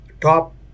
top